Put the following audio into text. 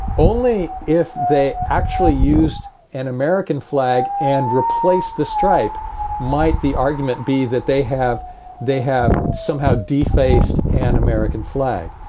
only if they actually used an american flag and replaced the stripe might the argument be that they have they have somehow defaced an american flag.